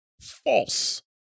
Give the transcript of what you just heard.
False